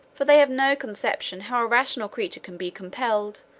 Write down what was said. for they have no conception how a rational creature can be compelled,